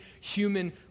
human